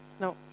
No